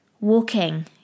walking